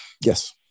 Yes